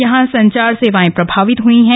यहां संचार सेवाएं प्रभावित हुए हैं